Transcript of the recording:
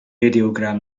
radiogram